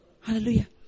Hallelujah